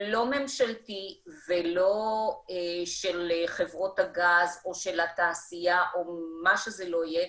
לא ממשלתי ולא של חברות הגז או של התעשייה או מה שזה לא יהיה,